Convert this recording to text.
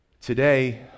today